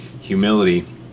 humility